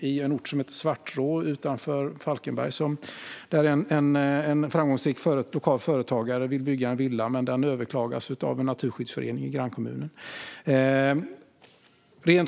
I en ort som heter Svartrå utanför Falkenberg vill en framgångsrik lokal företagare bygga en villa. Men detta överklagas av en naturskyddsförening i grannkommunen.